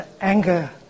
anger